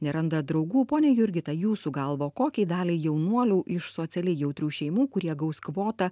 neranda draugų ponia jurgita jūsų galva kokiai daliai jaunuolių iš socialiai jautrių šeimų kurie gaus kvotą